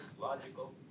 logical